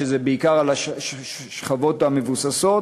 שזה בעיקר על השכבות המבוססות.